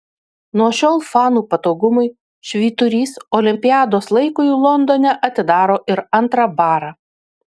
nuo šiol fanų patogumui švyturys olimpiados laikui londone atidaro ir antrą barą